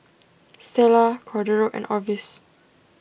Stella Cordero and Orvis